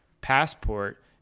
Passport